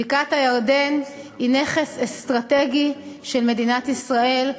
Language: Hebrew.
בקעת-הירדן היא נכס אסטרטגי של מדינת ישראל,